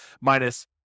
minus